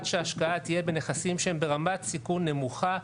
שההשקעה תהיה בנכסים שהם ברמת סיכון נמוכה,